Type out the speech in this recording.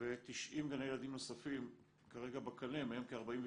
ו-90 גני ילדים נוספים כרגע בקנה, מהם כ-47